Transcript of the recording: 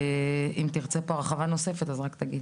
אם תרצה הרחבה נוספת, רק תגיד.